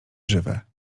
żywe